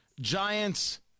Giants